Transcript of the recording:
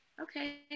okay